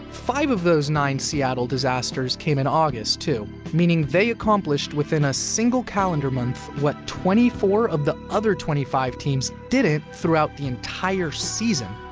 five of those nine seattle disasters came in august too, meaning they accomplished within a single calendar month what twenty four of the other twenty five teams didn't throughout the entire season,